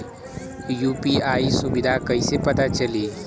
UPI सुबिधा कइसे पता चली?